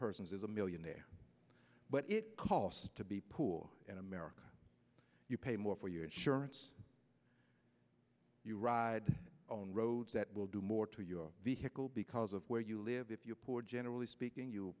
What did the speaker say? persons is a millionaire but it costs to be poor in america you pay more for your insurance you ride on roads that will do more to your vehicle because of where you live if you're poor generally speaking you